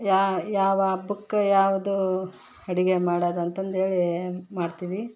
ಯಾ ಯಾವ ಹಬ್ಬಕ್ ಯಾವುದು ಅಡುಗೆ ಮಾಡೋದ್ ಅಂತಂದೇಳಿ ಮಾಡ್ತೀವಿ